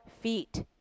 feet